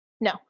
No